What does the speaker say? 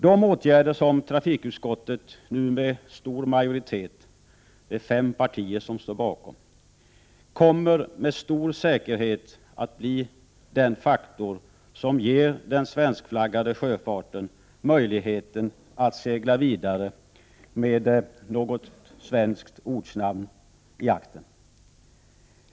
De åtgärder som trafikutskottet nu med stor majoritet — det gäller fem 15 december 1988 partier—har ställt sig bakom kommer med stor säkerhet att bli den faktor som ger svenskflaggade fartyg möjlighet att segla vidare med något svenskt ortnamn i aktern.